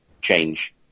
change